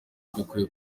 mbikuye